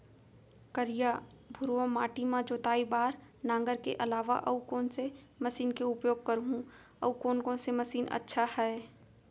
करिया, भुरवा माटी म जोताई बार नांगर के अलावा अऊ कोन से मशीन के उपयोग करहुं अऊ कोन कोन से मशीन अच्छा है?